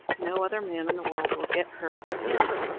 no other man in the world will get her but him.